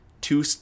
two